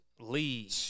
Lee